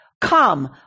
come